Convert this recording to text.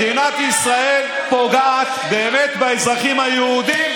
מדינת ישראל פוגעת באמת באזרחים היהודים,